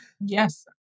Yes